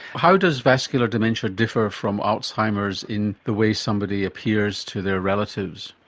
how does vascular dementia differ from alzheimer's in the way somebody appears to their relatives?